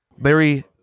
Larry